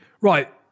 Right